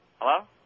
Hello